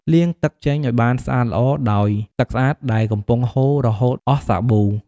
លាងទឹកចេញ ឱ្យបានស្អាតល្អ ដោយទឹកស្អាតដែលកំពុងហូររហូតអស់សាប៊ូ។